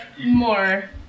more